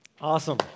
Awesome